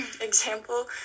example